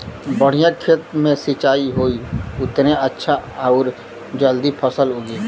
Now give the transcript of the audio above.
बढ़िया खेत मे सिंचाई होई उतने अच्छा आउर जल्दी फसल उगी